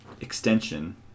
extension